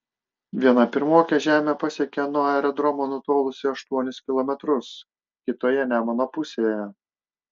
viena pirmokė žemę pasiekė nuo aerodromo nutolusi aštuonis kilometrus kitoje nemuno pusėje